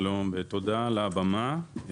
שלום ותודה על הבמה.